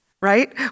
right